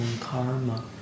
karma